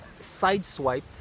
sideswiped